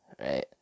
right